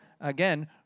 again